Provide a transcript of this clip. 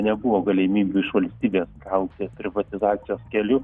nebuvo galimybių iš valstybės gauti privatizacijos keliu